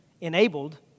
enabled